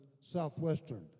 Southwestern